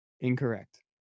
Incorrect